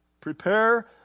Prepare